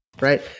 right